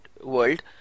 world